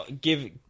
give